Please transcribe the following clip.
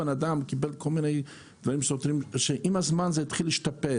קיבלו דברים הזויים.